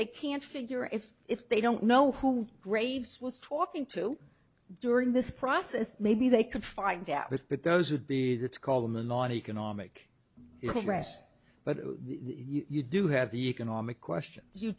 they can't figure if if they don't know who graves was talking to during this process maybe they can find out but those would be that's call them in on economic progress but you do have the economic questions you